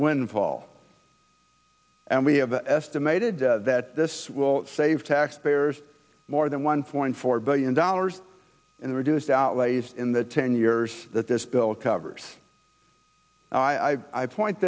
windfall and we have estimated that this will save taxpayers more than one point four billion dollars in reduced outlays in the ten years that this bill covers i point